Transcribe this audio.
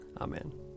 Amen